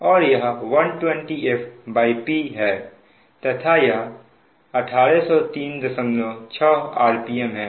और यह 120fP है तथा यह 18036 rpm है